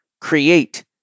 create